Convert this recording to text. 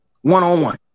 one-on-one